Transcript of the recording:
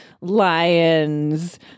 lions